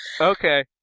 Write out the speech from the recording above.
Okay